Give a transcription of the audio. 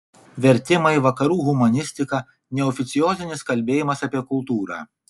vertimai vakarų humanistika neoficiozinis kalbėjimas apie kultūrą